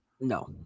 No